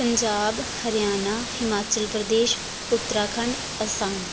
Punjab Haryana Himachal Pradesh Uttarakhand Assam